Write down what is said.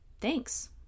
thanks